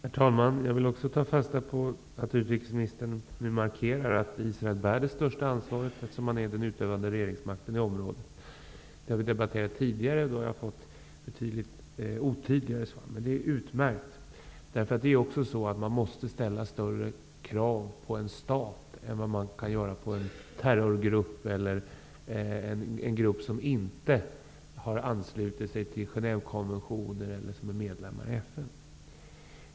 Herr talman! Jag vill också ta fasta på att utrikesministern nu markerar att Israel bär det största ansvaret, eftersom Israel har den utövande makten i området. Detta har vi debatterat tidigare. Då har jag fått avsevärt otydligare svar, men detta är utmärkt. Man måste ställa högre krav på en stat än på en terrorgrupp eller en grupp som inte har anslutit sig till Genèvekonventioner eller är medlem i FN.